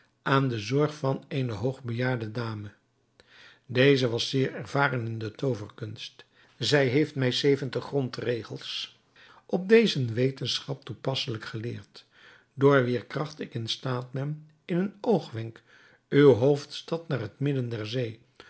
aan de zorg van eene hoog bejaarde dame deze was zeer ervaren in de tooverkunst zij heeft mij zeventig grondregels op deze wetenschap toepasselijk geleerd door wier kracht ik in staat ben in een oogwenk uwe hoofdstad naar het midden der zee